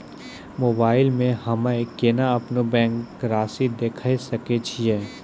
Mobile मे हम्मय केना अपनो बैंक रासि देखय सकय छियै?